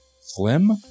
Slim